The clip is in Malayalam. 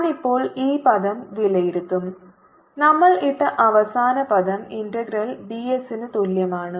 ഞാൻ ഇപ്പോൾ ഈ പദം വിലയിരുത്തും നമ്മൾ ഇട്ട അവസാന പദം ഇന്റഗ്രൽ dx ന് തുല്യമാണ്